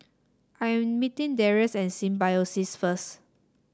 I meeting Darrius at Symbiosis first